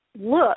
look